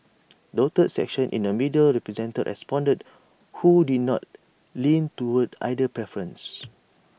dotted sections in the middle represent responded who did not lean towards either preference